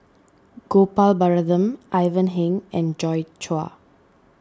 Gopal Baratham Ivan Heng and Joi Chua